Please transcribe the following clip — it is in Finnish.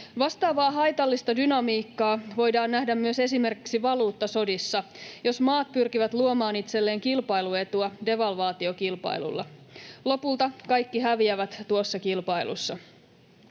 Vastaavaa haitallista dynamiikkaa voidaan nähdä myös esimerkiksi valuuttasodissa, jos maat pyrkivät luomaan itselleen kilpailuetua devalvaatiokilpailulla. Lopulta kaikki häviävät tuossa kilpailussa.